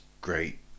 great